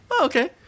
Okay